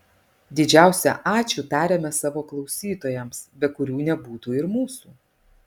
didžiausią ačiū tariame savo klausytojams be kurių nebūtų ir mūsų